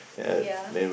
ya